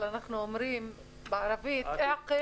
אבל אנחנו אומרים בערבית (אומרת דברים בערבית).